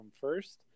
first